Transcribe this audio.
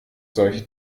solche